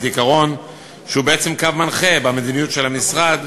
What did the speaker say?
עיקרון שהוא בעצם קו מנחה במדיניות המשרד,